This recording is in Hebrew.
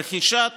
רכישת